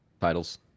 Titles